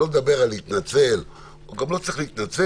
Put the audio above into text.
אני לא מדבר על להתנצל או גם לא צריך להתנצל,